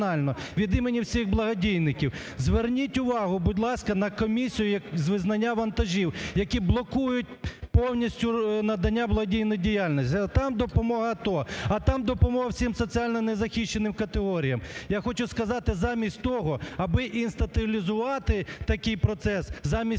від імені всіх благодійників, зверніть увагу, будь ласка, на комісію з визнання вантажів, які блокують повністю надання благодійної діяльності. Там допомога АТО, а там допомога всім соціальним незахищеним категоріям. Я хочу сказати, замість того аби інстатилізувати такий процес замість